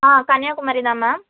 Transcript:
ஆ கன்னியாகுமரி தான் மேம்